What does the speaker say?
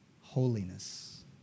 holiness